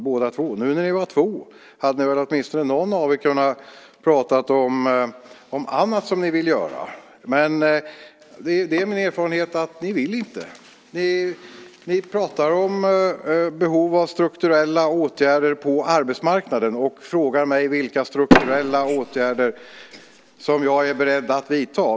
När ni nu är två kunde åtminstone någon av er kunnat prata om annat som ni vill göra. Men det är min erfarenhet att ni inte vill. Ni pratar om behov av strukturella åtgärder på arbetsmarknaden och frågar vilka strukturella åtgärder som jag är beredd att vidta.